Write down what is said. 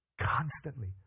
Constantly